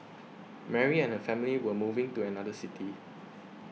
Mary and her family were moving to another city